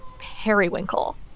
periwinkle